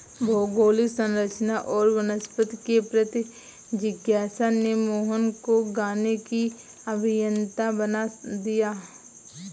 भौगोलिक संरचना और वनस्पति के प्रति जिज्ञासा ने मोहन को गाने की अभियंता बना दिया